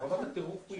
רמת הטירוף היא